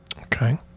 okay